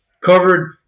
covered